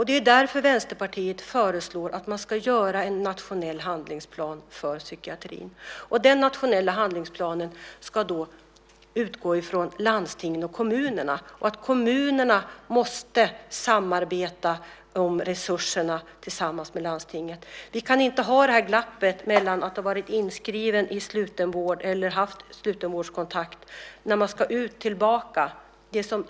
Det är därför Vänsterpartiet föreslår att man ska göra en nationell handlingsplan för psykiatrin. Den nationella handlingsplanen ska utgå ifrån landstingen och kommunerna. Kommunerna måste samarbete med landstingen om resurserna. Vi kan inte ha det här glappet som finns när man ska tillbaka ut efter att ha varit inskriven i slutenvård eller haft slutenvårdskontakt.